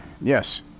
Yes